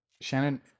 Shannon